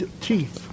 Chief